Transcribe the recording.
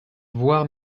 voir